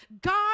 God